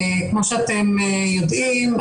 כמו שאתם יודעים,